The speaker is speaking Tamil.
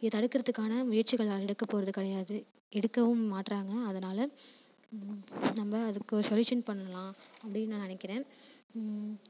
இதை தடுக்கிறதுக்கான முயற்சிகள் நான் எடுக்கப்போகிறது கிடையாது எடுக்கவும் மாட்டிறாங்க அதனால நம்ம அதுக்கு சொலியூஷன் பண்ணலாம் அப்படின்னு நான் நினைக்கிறேன்